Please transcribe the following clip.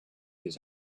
his